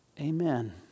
Amen